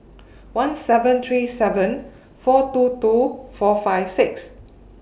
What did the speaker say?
one seven three seven four two two four five six